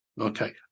Okay